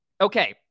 Okay